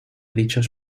dichos